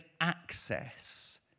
access